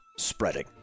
spreading